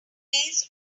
plays